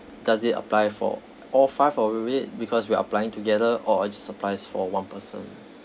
does it apply for all five of it because we're applying together or it just applies for one persone